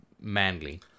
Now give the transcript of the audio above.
manly